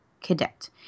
cadet